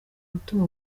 gutuma